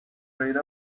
trade